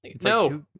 No